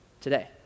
today